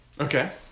Okay